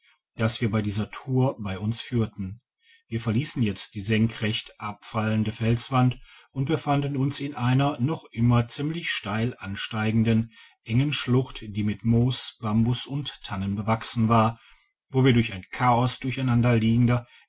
das wir bei dieser tour bei uns führten wir verliessen jetzt die senkrecht abfallende felswand und befanden uns in einer noch immer ziemlich steil ansteigenden engen schlucht die mit moos bambus und tannen bewachsen war wo wir durch ein chaos durcheinanderliegender